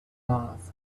mars